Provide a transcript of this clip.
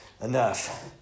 enough